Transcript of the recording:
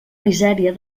misèria